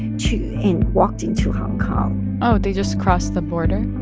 too, and walked into hong kong oh, they just crossed the border?